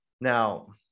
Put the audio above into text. Now